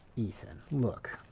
ethan, look.